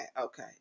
okay